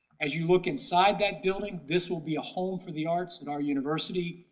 as you look inside that building, this will be a home for the arts at our university,